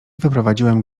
wyprowadziłem